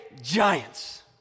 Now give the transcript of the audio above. giants